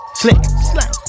slick